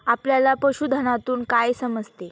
आपल्याला पशुधनातून काय समजते?